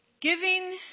Giving